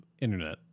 internet